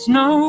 no